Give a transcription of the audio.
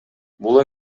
бул